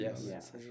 Yes